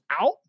out